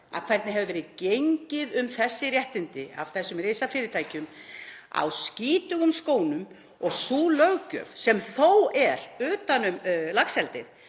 hvernig hefur verið gengið um þessi réttindi af þessum risafyrirtækjum á skítugum skónum og sú löggjöf sem þó er utan um laxeldið